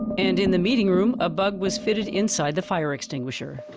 and in the meeting room, a bug was fitted inside the fire extinguisher.